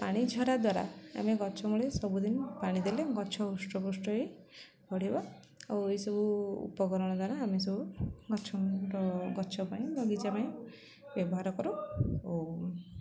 ପାଣି ଝରା ଦ୍ୱାରା ଆମେ ଗଛ ମୂଳେ ସବୁଦିନ ପାଣି ଦେଲେ ଗଛ ହୃଷ୍ଟପୃଷ୍ଟ ହେଇ ବଢ଼ିବ ଆଉ ଏଇସବୁ ଉପକରଣ ଦ୍ୱାରା ଆମେ ସବୁ ଗଛ ର ଗଛ ପାଇଁ ବଗିଚା ପାଇଁ ବ୍ୟବହାର କରୁ ଓ